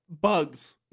Bugs